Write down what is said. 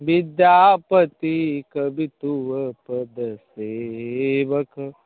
बिद्यापति कवि तुअ पद सेवक